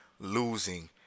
Losing